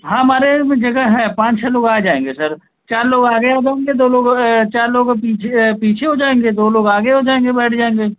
हाँ हमारे में जगह है पाँच छः लोग आ जाएँगे सर चार लोग आगे आ जाएँगे दो लोग चार लोग पीछे पीछे हो जाएँगे दो लोग आगे हो जाऍंगे बैठ जाएँगे